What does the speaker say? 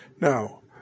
Now